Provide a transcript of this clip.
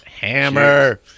Hammer